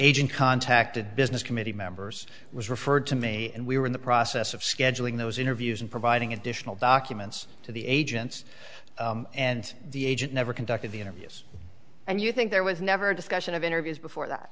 the agent contacted business committee members was referred to me and we were in the process of scheduling those interviews and providing additional documents to the agents and the agent never conducted the interviews and you think there was never discussion of interviews before that